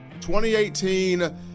2018